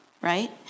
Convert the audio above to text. right